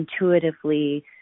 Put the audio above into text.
intuitively